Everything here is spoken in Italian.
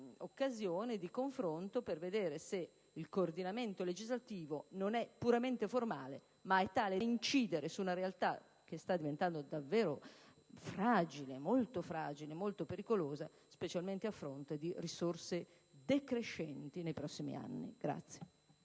di confronto per verificare se il coordinamento legislativo non è puramente formale ma è tale da incidere su una realtà che sta diventando davvero molto fragile e pericolosa, specialmente a fronte di risorse decrescenti nei prossimi anni.